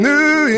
New